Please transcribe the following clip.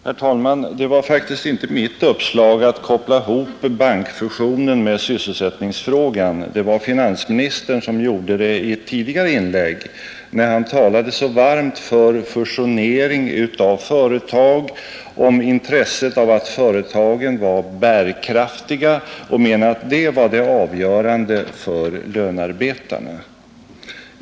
Herr talman! Det var faktiskt inte mitt uppslag att koppla ihop bankfusionen med sysselsättningsfrågan. Det var finansministern som gjorde det i ett tidigare inlägg när han talade så varmt för fusionering av företag och om intresset av att företagen var bärkraftiga. Han menade att det var det avgörande för lönearbetarna.